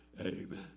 Amen